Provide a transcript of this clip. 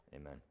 Amen